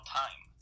time